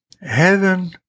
Heaven